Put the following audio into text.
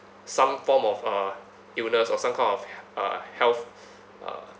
some form of uh illness or some kind of he~ uh health uh